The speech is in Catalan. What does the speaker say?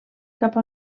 cap